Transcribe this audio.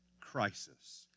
crisis